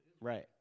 right